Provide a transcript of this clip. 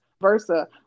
versa